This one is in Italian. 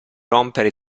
rompere